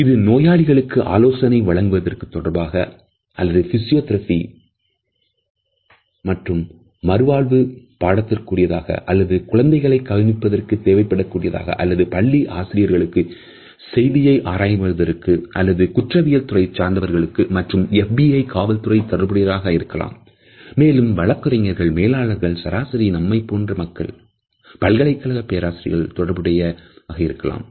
இது நோயாளிகளுக்கு ஆலோசனை வழங்குவதற்கு தொடர்பானதாக அல்லது பிசியோதெரபி நசி களுக்குரிய மறுவாழ்வு பாடத்திற்குரிய தாக அல்லது குழந்தைகளை கவனிப்பதற்கு தேவைப்படக்கூடிய தாக அல்லது பள்ளி ஆசிரியருக்கு செய்திகளை ஆராய்வதற்கு அல்லது குற்றவியல் துறை சார்ந்தவர்களுக்கு மற்றும்FBI காவல்துறை தொடர்புடையதாக இருக்கலாம் மேலும் வழக்கறிஞர்கள் மேலாளர்கள் சராசரியான நம்மைப் போன்ற மக்கள் பல்கலைக்கழகப் பேராசிரியர்கள் தொடர்புடையதாக இருக்கலாம்